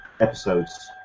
episodes